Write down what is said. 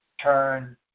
Turn